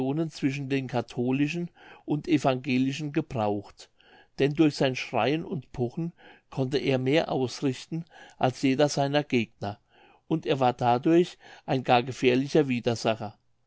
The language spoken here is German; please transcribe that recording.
zwischen den katholischen und evangelischen gebraucht denn durch sein schreien und pochen konnte er mehr ausrichten als jeder seiner gegner und er ward dadurch ein gar gefährlicher widersacher